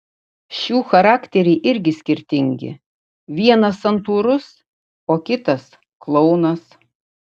šių charakteriai irgi skirtingi vienas santūrus o kitas klounas